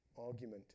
argument